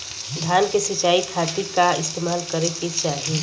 धान के सिंचाई खाती का इस्तेमाल करे के चाही?